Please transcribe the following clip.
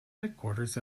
headquarters